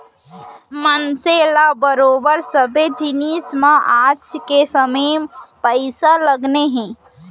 मनसे ल बरोबर सबे जिनिस म आज के समे म पइसा लगने हे